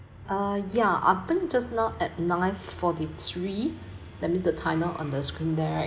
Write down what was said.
ah ya I think just now at nine forty three that means the timer on the screen there right